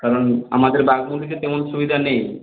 কারণ আমাদের বাঘমুন্ডিতে তেমন সুবিধা নেই